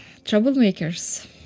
troublemakers